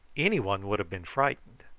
any one would have been frightened.